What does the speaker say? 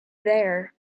there